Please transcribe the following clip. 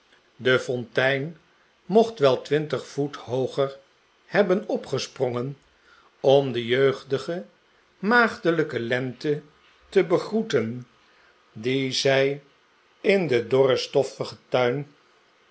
de fontein mocht wel twintig voet hooger hebben opgesprongen om de jeugdige maagdelijke lente te begroeten die zij in den dorren